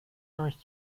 durch